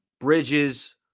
Bridges